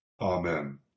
Amen